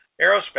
Aerospace